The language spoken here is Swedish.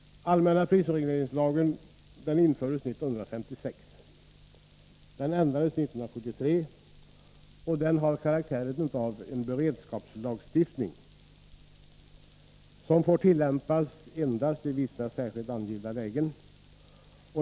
Allmänna prisregleringslagen, som infördes 1956 och ändrades 1973, har karaktären av en beredskapslag, som får tillämpas endast i vissa särskilt angivna lägen.